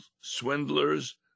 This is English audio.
swindlers